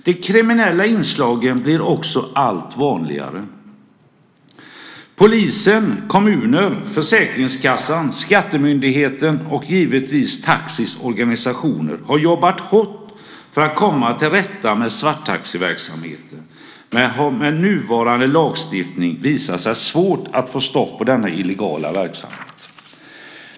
De kriminella inslagen blir också allt vanligare. Polisen, kommuner, Försäkringskassan, skattemyndigheten och givetvis taxis organisationer har jobbat hårt för att komma till rätta med svarttaxiverksamheten, men det har med nuvarande lagstiftning visat sig vara svårt att få stopp på denna illegala verksamhet.